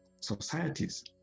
societies